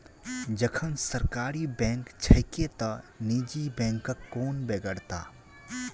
जखन सरकारी बैंक छैके त निजी बैंकक कोन बेगरता?